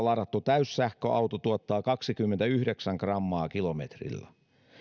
ladattu täyssähköauto tuottaa kaksikymmentäyhdeksän grammaa kilometrillä